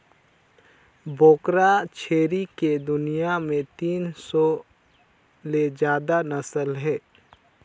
बोकरा छेरी के दुनियां में तीन सौ ले जादा नसल हे